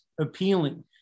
appealing